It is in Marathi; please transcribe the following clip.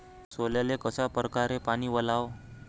सोल्याले कशा परकारे पानी वलाव?